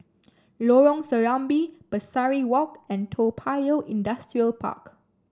Lorong Serambi Pesari Walk and Toa Payoh Industrial Park